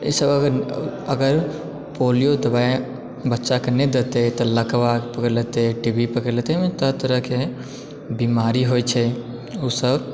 एहिसँ अगर अगर पोलियो दवाइ बच्चा के नहि देतै तऽ लकवा पकड़ि लेतै टीबी पकड़ि लेतै मने तरह तरह के बीमारी होइ छै ओ सब